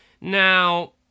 Now